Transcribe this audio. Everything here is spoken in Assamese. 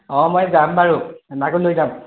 অঁ মই যাম বাৰু তাকো লৈ যাম